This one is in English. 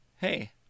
Hey